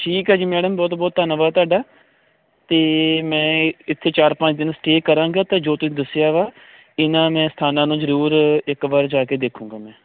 ਠੀਕ ਹੈ ਜੀ ਮੈਡਮ ਬਹੁਤ ਬਹੁਤ ਧੰਨਵਾਦ ਤੁਹਾਡਾ ਤੇ ਮੈਂ ਇੱਥੇ ਚਾਰ ਪੰਜ ਦਿਨ ਸਟੇਅ ਕਰਾਂਗਾ ਤਾਂ ਜੋ ਤੁਸੀਂ ਦੱਸਿਆ ਵਾ ਇਹਨਾਂ ਨੇ ਸਥਾਨਾਂ ਨੂੰ ਜਰੂਰ ਇੱਕ ਵਾਰ ਜਾ ਕੇ ਦੇਖੂਗਾ ਮੈਂ